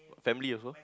family also